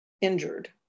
injured